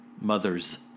Mothers